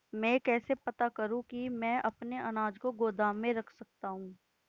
मैं कैसे पता करूँ कि मैं अपने अनाज को गोदाम में रख सकता हूँ?